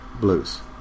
blues